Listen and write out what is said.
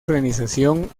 organización